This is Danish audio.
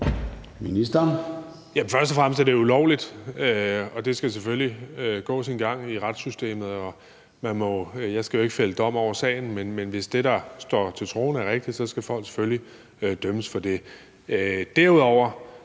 Bek): Først og fremmest er det ulovligt, og det skal selvfølgelig gå sin gang i retssystemet. Jeg skal ikke fælde dom over sagen, men hvis det, der er fremgået , er rigtigt, så skal folk selvfølgelig dømmes for det. Derudover